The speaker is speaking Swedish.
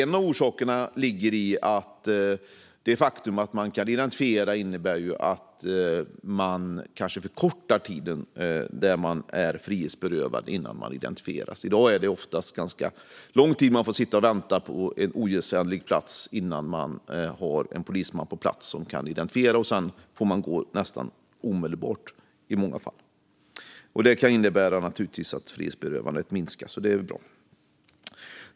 En orsak ligger i det faktum att man kan förkorta tiden för den frihetsberövade fram tills denne är identifierad. I dag kan någon få sitta och vänta lång tid på en ogästvänlig plats innan en polisman finns på plats som kan hantera identifieringen. Sedan får den frihetsberövade i många fall gå nästan omedelbart. Alltså kan tiden för frihetsberövandet minska, och det är bra.